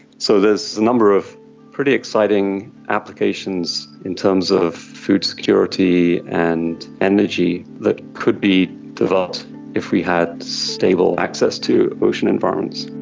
so there's a number of pretty exciting applications in terms of food security and energy that could be developed if we had stable access to ocean environments.